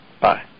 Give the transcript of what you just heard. Bye